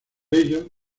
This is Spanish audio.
ello